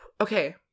Okay